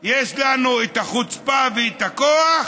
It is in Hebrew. יש לנו את החוצפה ואת הכוח,